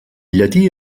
llatí